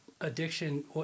addiction